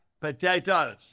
potatoes